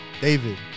David